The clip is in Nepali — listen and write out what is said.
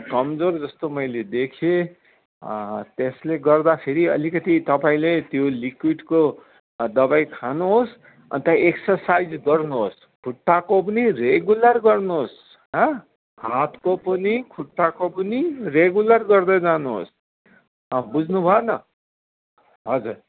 कमजोर जस्तो मैले देखेँ त्यसले गर्दाखेरि अलिकति तपाईँले त्यो लिक्विडको दबाई खानुहोस् अनि त एक्सर्साइज गर्नुहोस् खुट्टाको पनि रेगुलर गर्नुहोस् हाँ हातको पनि खुट्टाको पनि रेगुलर गर्दै जानुहोस् बुझ्नुभयो नि हजुर